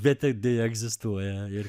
bet tai deja egzistuoja ir